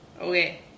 okay